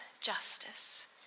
justice